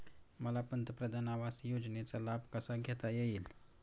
मला पंतप्रधान आवास योजनेचा लाभ कसा घेता येईल?